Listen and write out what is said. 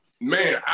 Man